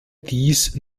dies